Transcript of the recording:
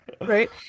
right